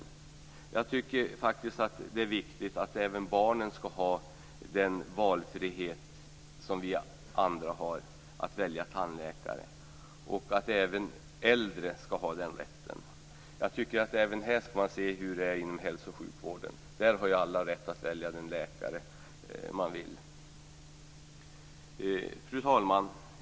Jag tycker faktiskt att det är viktigt att även barnen skall ha den valfrihet som vi andra har att välja tandläkare. Även äldre skall ha den rätten. Jag tycker att också här skall man se hur det är inom hälso och sjukvården. Där har alla rätt att välja den läkare man vill. Fru talman!